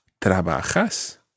Trabajas